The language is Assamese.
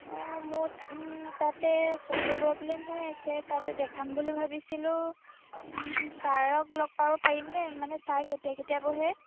অঁ মোৰ তাতে চকুৰ প্ৰব্লেম হৈ আছে তাতে দেখাম বুলি ভাবিছিলোঁ চাৰক লগ পাব পাৰিম নে মানে চাৰ কেতিয়া কেতিয়া বহে